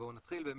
בואו נתחיל באמת.